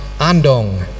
Andong